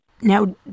Now